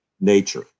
Nature